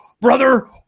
brother